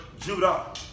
Judah